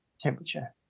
temperature